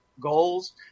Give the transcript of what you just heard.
goals